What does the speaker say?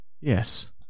Yes